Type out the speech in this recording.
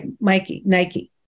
Nike